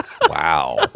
Wow